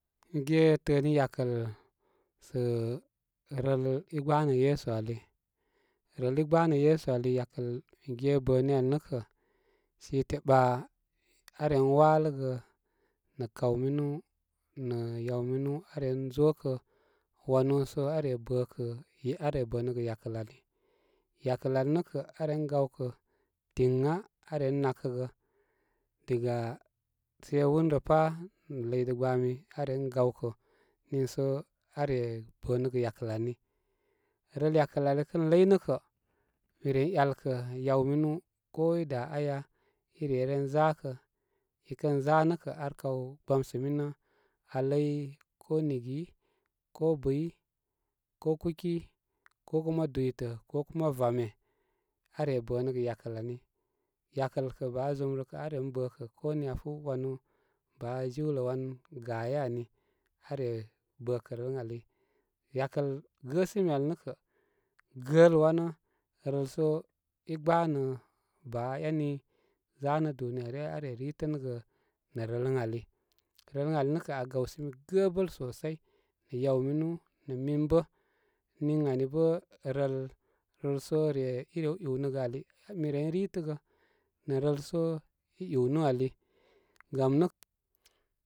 Mi ge təəni yakəl sə rəl i gbaanə yesu ali rəl i gbaanə yesu ali yakəl mi ge bəni al nə' kə', siti ɓa aren waləgə nə' kaw minu nə yaw minu aa ren zokə wanubarubar sə aa re bə kə' aa re bənəgə yakəl ani yakəl ali nə kə' aa ren gawkə' diŋa aa nakə' gə diga se won rə pa, ləy dəgbami, aa ren gawkə' niisə aa re bə' nə'gə yakəl ani rəl yakəl ali kə ləy nə' kə', mi ren yalkə' yawminu ko i do aya i re ren zakə i kən za nə' kə', ar kaw gbasə minə aa ləy ko nigi, ko biplusy, ko kuki ko kuma dwitə, ko kuma vome are bə nə gə yal ani yakəl kə baazum rə kə' aa ren bə kə' ko niya fu wanu baajiwtə wan gaye ani aa re bəkə' rəl ən ali yakəl gəsimi ali nə' kə', gəl wanə rəl so i abaanə baa eni, zanə duniya ryə aa ritənə gə nə rəl ən ali rəl ən ali nə' kə' aa gaw simi gə'bə'l sosai nə' yaw minu, min bə'. Niŋ ani bə' rəl rəl so re i rew iwnəgə ali mi ren ritəgə nə' rəl so i, iwnu ali gam nə'.